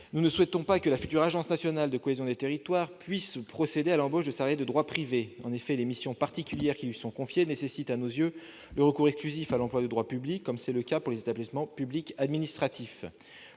nous ne souhaitons pas que cette future agence puisse procéder à l'embauche de salariés de droit privé. En effet, les missions particulières qui lui sont confiées nécessitent le recours exclusif à l'emploi de droit public, comme c'est le cas pour les établissements publics administratifs.